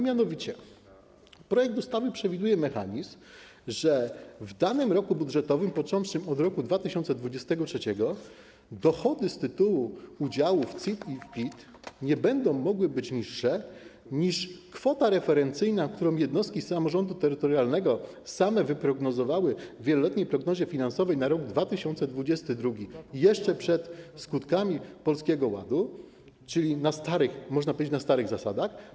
Mianowicie projekt ustawy przewiduje mechanizm, że w danym roku budżetowym, począwszy od roku 2023, dochody z tytułu udziału w CIT i w PIT nie będą mogły być niższe niż kwota referencyjna, którą jednostki samorządu terytorialnego same wyprognozowały w wieloletniej prognozie finansowej na rok 2022, jeszcze przed skutkami Polskiego Ładu, czyli można powiedzieć, że na starych zasadach.